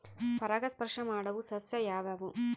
ಪರಾಗಸ್ಪರ್ಶ ಮಾಡಾವು ಸಸ್ಯ ಯಾವ್ಯಾವು?